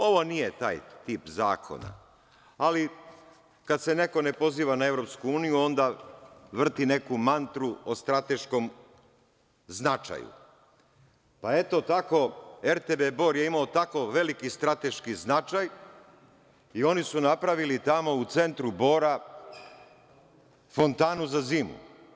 Ovo nije taj tip zakona, ali kada se neko ne poziva na EU onda vrti neku mantru o strateškom značaju, pa eto tako RTB Bor je imao tako veliki strateški značaj i oni su napravili tamo u centru Bora fontanu za zimu.